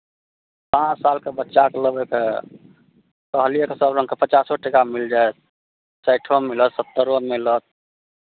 पाँच सालके बच्चाके लेबै तऽ कहलियै तऽ सभरङ्गके पचासो टाकामे मिल जायत साठिओमे मिलत सत्तरोमे मिलत